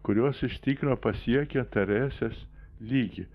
kurios iš tikro pasiekia taresės lygį